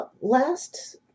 Last